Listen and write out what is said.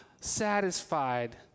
satisfied